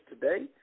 today